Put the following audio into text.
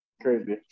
Crazy